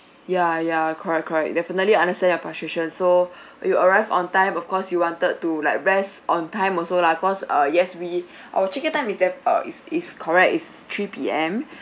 ya ya correct correct definitely understand your frustration so you arrive on time of course you wanted to like rest on time also lah cause uh yes we our check-in time is def~ uh is is correct is three P_M